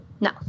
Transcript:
No